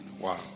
Wow